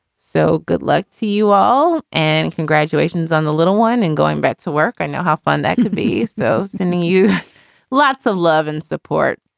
so good luck to you all. and congratulations on the little one and going back to work. i know how fun that can be. so sending you lots of love and support.